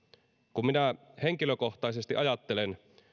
kun minä henkilökohtaisesti ajattelen